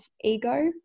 ego